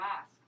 ask